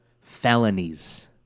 felonies